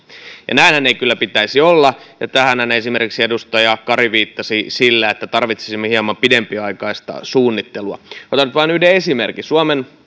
näinhän ei kyllä pitäisi olla ja tähänhän esimerkiksi edustaja kari viittasi sillä että tarvitsisimme hieman pidempiaikaista suunnittelua otan nyt vain yhden esimerkin